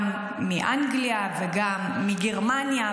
גם מאנגליה וגם מגרמניה,